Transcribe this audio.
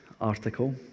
article